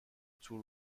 تور